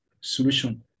solution